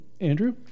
Andrew